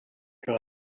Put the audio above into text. que